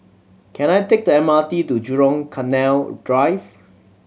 can I take the M R T to Jurong Canal Drive